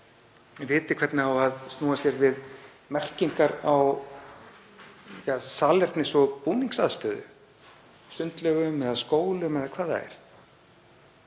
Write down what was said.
viti hvernig á að snúa sér við merkingar á salernis- og búningsaðstöðu í sundlaugum eða skólum eða hvað það er.